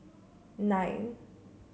nine